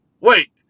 Wait